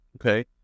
Okay